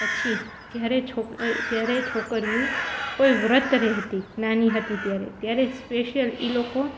પછી જ્યારે જ્યારે છોકરીઓ કોઈ વ્રત રાખતી નાની હતી ત્યારે ત્યારે સ્પેશિયલ એ લોકો